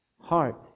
Heart